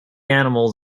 animals